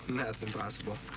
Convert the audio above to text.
that's impossible.